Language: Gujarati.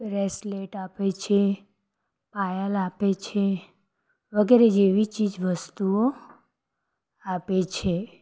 બ્રેસલેટ આપે છે પાયલ આપે છે વગેરે જેવી ચીજ વસ્તુઓ આપે છે